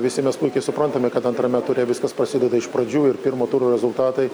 visi mes puikiai suprantame kad antrame ture viskas prasideda iš pradžių ir pirmo turo rezultatai